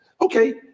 Okay